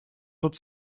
тут